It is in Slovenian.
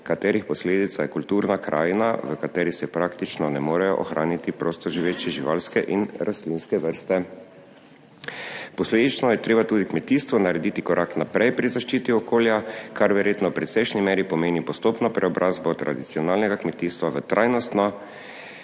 katerih posledica je kulturna krajina v kateri se praktično ne morejo ohraniti prostoživeče živalske in rastlinske vrste. Posledično je treba tudi kmetijstvo narediti korak naprej pri zaščiti okolja, kar verjetno v precejšnji meri pomeni postopno preobrazbo tradicionalnega kmetijstva v trajnostno,